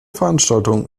veranstaltung